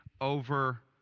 over